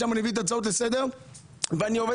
משם אני מביא את ההצעות לסדר ואני עובד